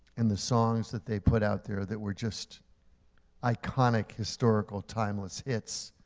and the songs that they put out there that were just iconic, historical, timeless hits.